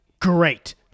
great